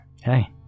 Hey